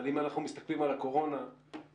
אבל אם אנחנו מסתכלים על הקורונה כעל